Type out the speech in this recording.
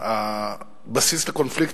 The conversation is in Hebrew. הבסיס לקונפליקטים.